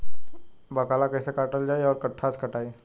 बाकला कईसे काटल जाई औरो कट्ठा से कटाई?